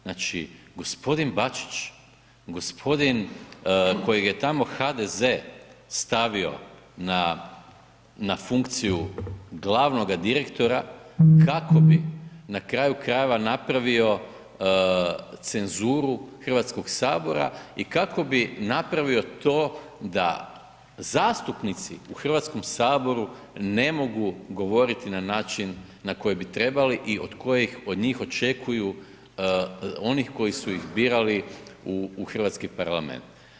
Znači gospodin Bačić, gospodin kojeg je tamo HDZ stavio na funkciju glavnoga direktora kako bi, na kraju krajeva napravio cenzuru Hrvatskog sabora i kako bi napravio to, da zastupnici u Hrvatskom saboru ne mogu govoriti na način na koji bi trebali i od kojih od njih očekuju onih koji su ih birali u Hrvatski parlament.